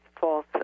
false